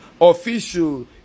official